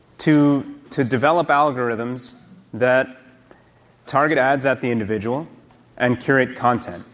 to to develop algorithms that target ads at the individual and curate content.